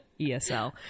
ESL